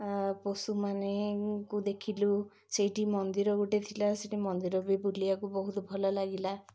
ପଶୁମାନଙ୍କୁ ଦେଖିଲୁ ସେଇଠି ମନ୍ଦିର ଗୋଟେ ଥିଲା ସେଇଠି ମନ୍ଦିର ବି ବୁଲିବାକୁ ବହୁତ ଭଲ ଲାଗିଲା